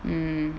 mm